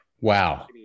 Wow